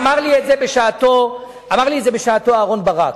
אמר לי את זה בשעתו אהרן ברק.